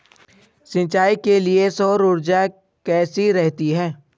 सिंचाई के लिए सौर ऊर्जा कैसी रहती है?